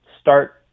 start